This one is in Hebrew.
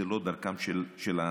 זו לא דרכם של האנשים.